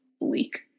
bleak